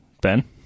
Ben